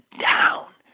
down